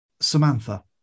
Samantha